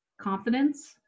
confidence